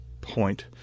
point